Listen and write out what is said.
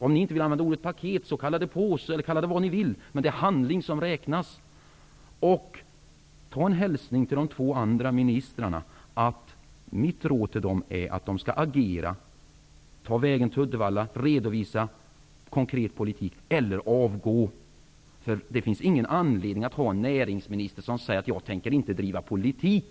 Om ni inte vill kalla det paket, så kalla det påse eller vad ni vill, men det är handling som räknas. Hälsa de två andra ministrarna att mitt råd till dem är att de skall agera. Ta vägen till Uddevalla, redovisa konkret politik eller avgå! Det finns ingen som helst anledning att ha en näringsminister som säger: Jag tänker inte driva politik.